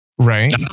right